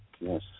Yes